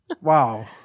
Wow